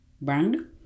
brand